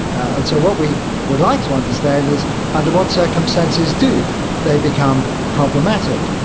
and so what we would like to understand is under what circumstances do they become problematic,